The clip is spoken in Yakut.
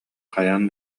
хайаан